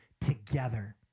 together